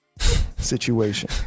situation